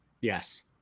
Yes